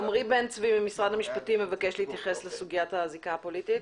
עמרי בן צבי מבקש להתייחס לסוגיית הזיקה הפוליטית,